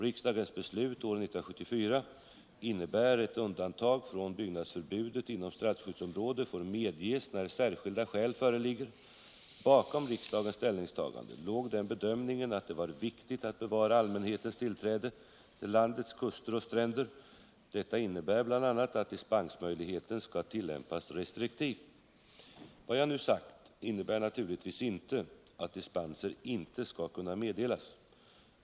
Riksdagens beslut år 1974 innebär att undantag från byggnadsförbudet inom strandskyddsområdet får medges när särskilda skäl föreligger. Bakom riksdagens ställningstagande låg den bedömningen att det var viktigt att bevara allmänhetens tillträde till landets kuster och stränder. Detta innebär bl.a. att dispensmöjligheten skall tillämpas restriktivt. Vad jag nu sagt innebär naturligtvis inte att dispenser inte skall kunna meddelas.